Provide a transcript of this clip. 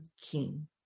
king